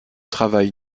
travail